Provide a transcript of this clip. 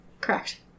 Correct